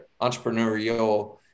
entrepreneurial